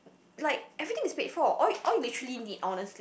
like everything is paid for all you all you actually need honestly